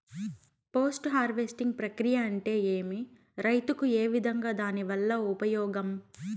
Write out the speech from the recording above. Post harvesting ప్రక్రియ అంటే ఏమి? రైతుకు ఏ విధంగా దాని వల్ల ఉపయోగం?